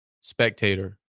spectator